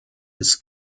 des